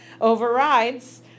overrides